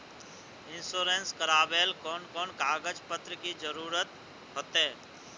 Insurance करावेल कोन कोन कागज पत्र की जरूरत होते?